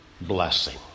blessing